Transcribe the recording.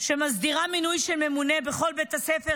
מסדירה מינוי של ממונה בכל בית ספר,